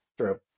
True